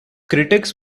critics